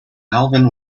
alvin